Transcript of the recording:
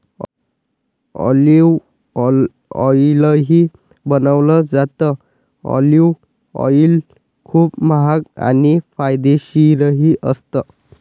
olive ऑईलही बनवलं जातं, ऑलिव्ह ऑईल खूप महाग आणि फायदेशीरही असतं